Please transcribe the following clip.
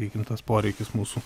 įgimtas poreikis mūsų